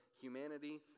humanity